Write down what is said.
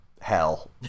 hell